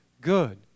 good